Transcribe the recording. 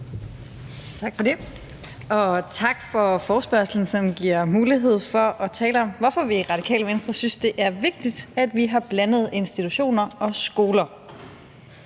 Tak for det, og tak for forespørgslen, som giver mulighed for at tale om, hvorfor vi i Radikale Venstre synes, det er vigtigt, at vi har blandede institutioner og skoler.